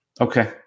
Okay